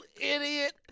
idiot